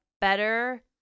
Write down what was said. better